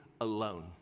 alone